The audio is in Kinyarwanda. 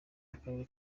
n’akarere